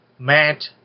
Matt